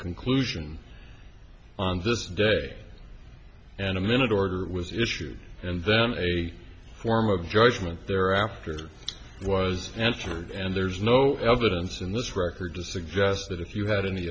conclusion on this day and a minute order was issued and then a form of judgment thereafter was answered and there's no evidence in this record to suggest that if you had